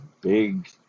big